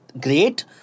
great